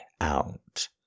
out